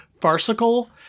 farcical